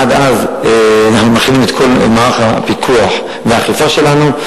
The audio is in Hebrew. עד אז אנחנו מכינים את כל מערך הפיקוח והאכיפה שלנו.